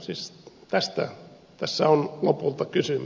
siis tästä tässä on lopulta kysymys